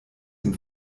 dem